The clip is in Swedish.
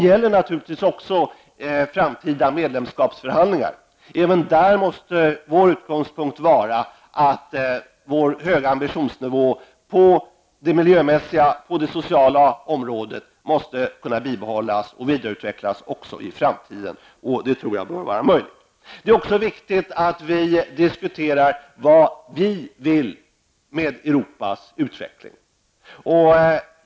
När det gäller framtida medlemskapsförhandlingar måste utgångspunkten vara att vår höga ambitionsnivå på det miljömässiga och det sociala området skall bibehållas och vidareutvecklas också i framtiden. Det tror jag är möjligt. Det är också viktigt att vi diskuterar vad vi vill med Europas utveckling.